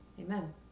amen